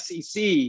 SEC